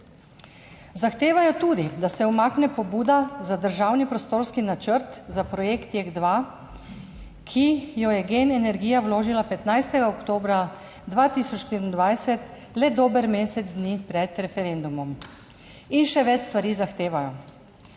Zahtevajo tudi, da se umakne pobuda za državni prostorski načrt za projekt JEK2, ki jo je GEN energija vložila 15. oktobra 2024, le dober mesec dni pred referendumom, in še več stvari zahtevajo.